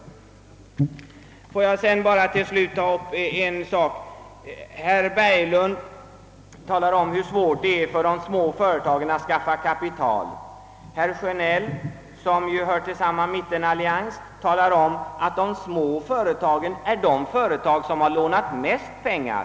Får jag till sist ta upp ytterligare en sak. Herr Berglund talade om hur svårt det var för de små företagen att skaffa kapital. Herr Sjönell, som tillhör samma mittenallians, talade däremot om att småföretagen är de företag som lånat mest pengar.